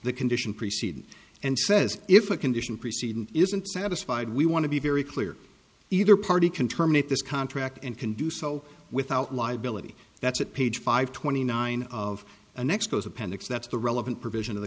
the condition preceding and says if a condition preceding isn't satisfied we want to be very clear either party can terminate this contract and can do so without liability that's at page five twenty nine of an expos appendix that's the relevant provision of the